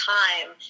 time